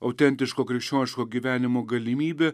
autentiško krikščioniško gyvenimo galimybė